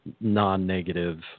non-negative